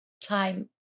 time